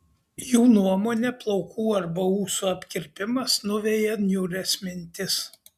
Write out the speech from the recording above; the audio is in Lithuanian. jų nuomone plaukų arba ūsų apkirpimas nuveja niūrias mintis